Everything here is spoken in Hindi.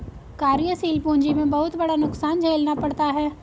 कार्यशील पूंजी में बहुत बड़ा नुकसान झेलना पड़ता है